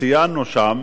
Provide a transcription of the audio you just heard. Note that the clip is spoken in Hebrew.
ציינו שם,